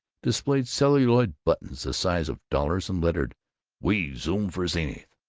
displayed celluloid buttons the size of dollars and lettered we zoom for zenith.